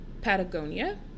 patagonia